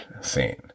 scene